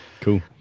cool